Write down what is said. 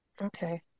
Okay